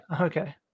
okay